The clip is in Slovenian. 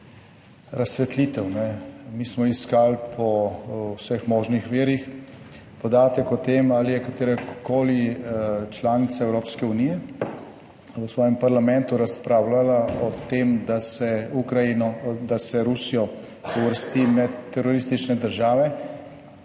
razsvetlitev, ne. Mi smo iskali po vseh možnih virih podatek o tem ali je katerakoli članica Evropske unije v svojem parlamentu razpravljala o tem, da se Ukrajino, da se Rusijo uvrsti med teroristične države,